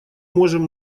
можем